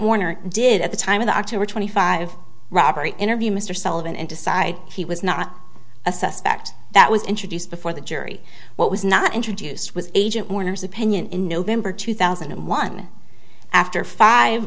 warner did at the time of the october twenty five robbery interview mr sullivan and decide he was not a suspect that was introduced before the jury what was not introduced was agent warner's opinion in november two thousand and one after five